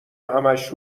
همش